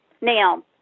Now